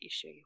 issue